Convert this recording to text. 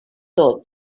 tot